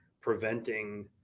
preventing